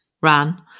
ran